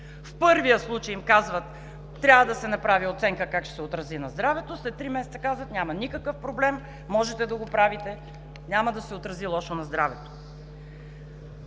В първия случай им казват: „Трябва да се направи оценка как ще се отрази на здравето.“, след три месеца казват: „Няма никакъв проблем, можете да го правите – няма да се отрази лошо на здравето.“